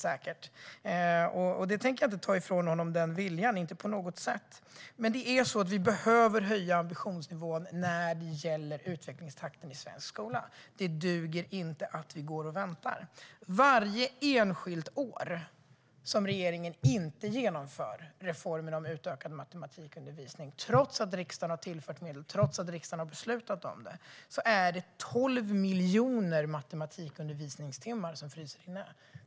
Den viljan tänker jag inte ta ifrån honom, men vi behöver höja ambitionsnivån när det gäller utvecklingstakten i svensk skola. Det duger inte att vänta. Varje enskilt år som regeringen inte genomför reformer om utökad matematikundervisning, trots att riksdagen har beslutat om det, är det 12 miljoner undervisningstimmar i matematik som fryser inne.